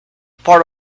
part